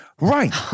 Right